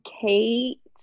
Kate